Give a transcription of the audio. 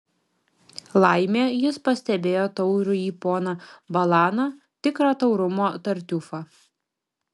laimė jis pastebėjo taurųjį poną balaną tikrą taurumo tartiufą